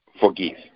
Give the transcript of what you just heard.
forgive